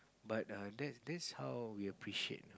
but err that that's how we appreciate